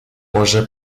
może